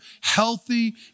healthy